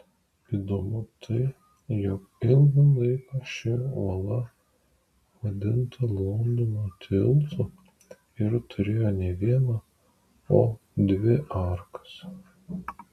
įdomu tai jog ilgą laiką ši uola vadinta londono tiltu ir turėjo ne vieną o dvi arkas